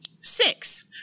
Six